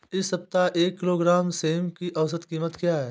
इस सप्ताह एक किलोग्राम सेम की औसत कीमत क्या है?